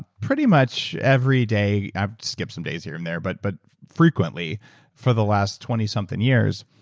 pretty much every day. i've skipped some days here and there, but but frequently for the last twenty something years.